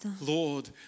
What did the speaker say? Lord